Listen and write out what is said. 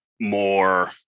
more